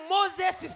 Moses